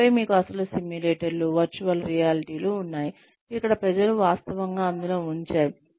ఆపై మీకు అసలు సిమ్యులేటర్లు వర్చువల్ రియాలిటీలు ఉన్నాయి ఇక్కడ ప్రజలను వాస్తవంగా అందులో ఉంచారు